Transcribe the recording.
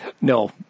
No